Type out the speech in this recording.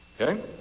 Okay